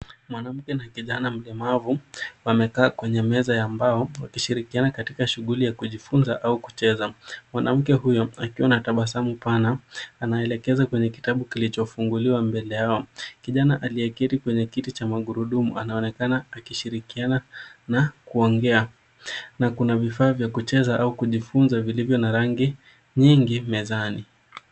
Mwanamke na kijana mlemavu wamekaa kwenye meza ya mbao wakishirikiana katika shughuli ya kujifunza au kucheza. Mwanamke huyu akiwa na tabasamu pana anaelekeza kwenye kitabu kilichofunguliwa mbele yao. Kijana aliyeketi kwenye kiti cha magurudumu anaonekana akishirikiana na kuongea na kuna vifaa vya kucheza au kujifunza vilivyo na rangi nyingi mezani.